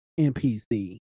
NPC